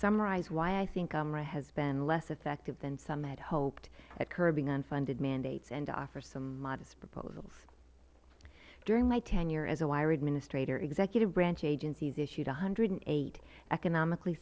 summarize why i think umra has been less effective than some had hoped at curbing unfunded mandates and to offer some modest proposals during my tenure as oira administrator executive branch agencies issued one hundred and eight economically